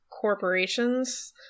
corporations